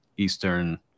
Eastern